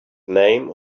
name